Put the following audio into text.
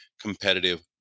competitive